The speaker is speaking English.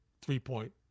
three-point